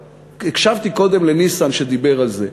הקשבתי קודם לניסן, שדיבר על זה.